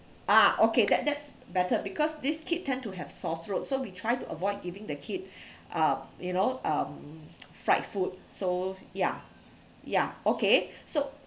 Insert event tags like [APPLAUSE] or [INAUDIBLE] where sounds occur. ah okay that that's better because this kid tend to have sore throat so we try to avoid giving the kid [BREATH] uh you know um fried food so ya ya okay [BREATH] so